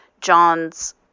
John's